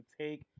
take